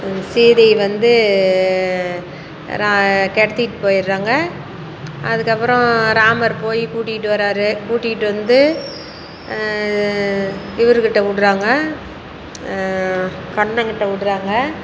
ஒரு சீதை வந்து ரா கடத்திகிட்டு போயிடுறாங்க அதுக்கப்பறம் ராமர் போய் கூட்டிகிட்டு வரார் கூட்டிகிட்டு வந்து இவருக்கிட்ட விட்றாங்க கண்ணங்கிட்ட விட்றாங்க